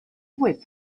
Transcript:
whip